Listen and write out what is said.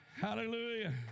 Hallelujah